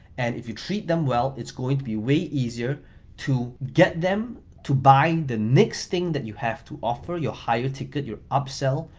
and if you treat them well, it's going to be way easier to get them to buy the next thing that you have to offer your higher ticket, your upsell,